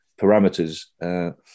parameters